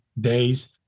days